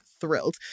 thrilled